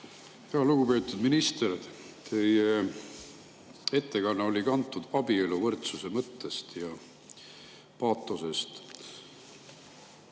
Lugupeetud minister! Teie ettekanne oli kantud abieluvõrdsuse mõttest ja paatosest.